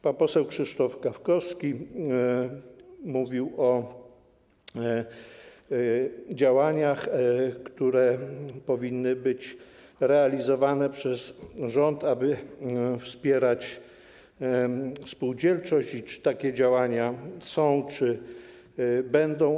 Pan poseł Krzysztof Gawkowski mówił o działaniach, które powinny być realizowane przez rząd, aby wspierać spółdzielczość, i pytał, czy takie działania są czy będą.